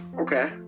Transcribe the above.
Okay